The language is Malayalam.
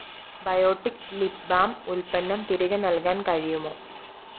ബയോട്ടിക് ലിപ് ബാം ഉൽപ്പന്നം തിരികെ നൽകാൻ കഴിയുമോ